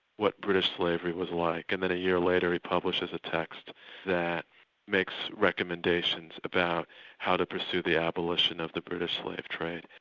what british slavery was like. and then a year later he publishes a text that makes recommendations about how to pursue the abolition of the british slave trade.